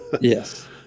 yes